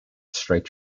straight